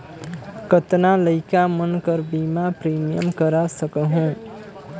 कतना लइका मन कर बीमा प्रीमियम करा सकहुं?